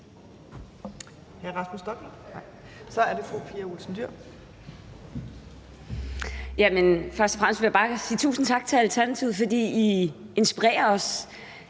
Tak